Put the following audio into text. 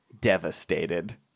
devastated